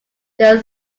there